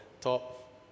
top